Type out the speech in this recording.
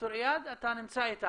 ד"ר איאד, אתה נמצא איתנו.